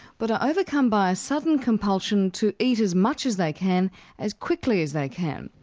but are overcome by a sudden compulsion to eat as much as they can as quickly as they can.